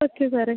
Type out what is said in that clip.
okay സാറേ